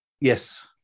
Yes